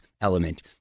element